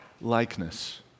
likeness